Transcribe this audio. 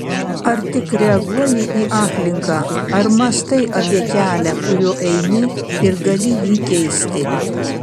ar tik reaguoji į aplinką ar mąstai apie kelią kuriuo eini ir gali jį keisti